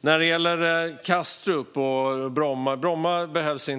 Vad gäller Kastrup och Bromma kan jag säga att Bromma inte behövs.